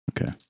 Okay